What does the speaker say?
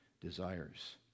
desires